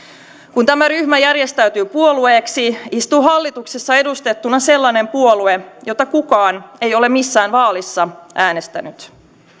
kun tämä ryhmä järjestäytyy puolueeksi istuu hallituksessa edustettuna sellainen puolue jota kukaan ei ole missään vaalissa äänestänyt